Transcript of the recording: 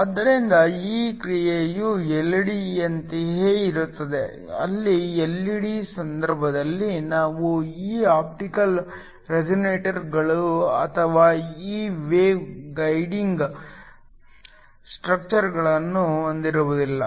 ಆದ್ದರಿಂದ ಈ ಕ್ರಿಯೆಯು ಎಲ್ಇಡಿಯಂತೆಯೇ ಇರುತ್ತದೆ ಅಲ್ಲಿ ಎಲ್ಇಡಿಯ ಸಂದರ್ಭದಲ್ಲಿ ನಾವು ಈ ಆಪ್ಟಿಕಲ್ ರೆಸೋನೇಟರ್ಗಳು ಅಥವಾ ಈ ವೇವ್ ಗೈಡಿಂಗ್ ಸ್ಟ್ರಕ್ಚರ್ಗಳನ್ನು ಹೊಂದಿರುವುದಿಲ್ಲ